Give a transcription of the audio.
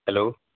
hello